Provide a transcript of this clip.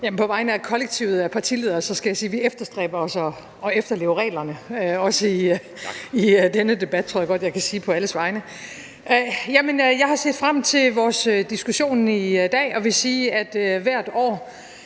På vegne af kollektivet af partiledere skal jeg sige, at vi bestræber os på at efterleve reglerne også i denne debat – det tror jeg godt jeg kan sige på alles vegne. Jeg har set frem til vores diskussion i dag og vil sige, at hvert år,